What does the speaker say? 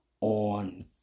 on